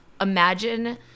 imagine